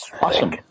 Awesome